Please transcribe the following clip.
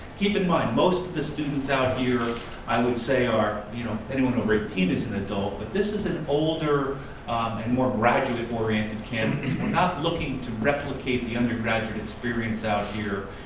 keep in mind most of the students out here i would say are you know anyone over a teen is an adult, but this is an older and more graduate oriented campus. we're not looking to replicate the undergraduate experience out here.